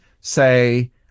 say